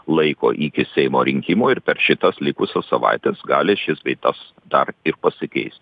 laiko iki seimo rinkimų ir per šitas likusias savaites gali šis bei tas dar ir pasikeisti